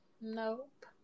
Nope